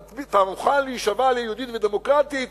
אתה מוכן להישבע ל"יהודית ודמוקרטית"?,